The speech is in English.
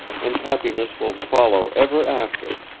and happiness will follow ever after.